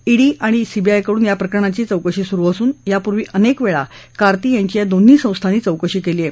ED आणि सीबीआयकडून या प्रकरणाची चौकशी सुरू असून यापूर्वी अनेक वेळा कार्ती यांची या दोन्ही संस्थांनी चौकशी केली आहे